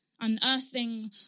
unearthing